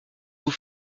vous